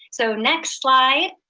so next slide.